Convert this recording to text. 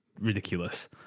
ridiculous